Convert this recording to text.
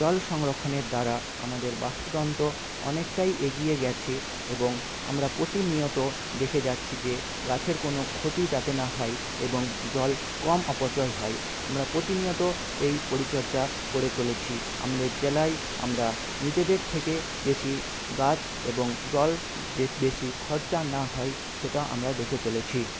জল সংরক্ষণের দ্বারা আমাদের বাস্তুতন্ত্র অনেকটাই এগিয়ে গেছে এবং আমরা প্রতিনিয়ত দেখে যাচ্ছি যে গাছের কোনো ক্ষতি যাতে না হয় এবং জল কম অপচয় হয় আমরা প্রতিনিয়ত এই পরিচর্যা করে চলেছি আমাদের জেলায় আমরা নিজেদের থেকে বেশি গাছ এবং জল যে বেশি খরচা না হয় সেটা আমরা দেখে চলেছি